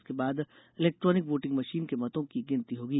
इसके बाद electronic voting machine के मतों की गिनती होगी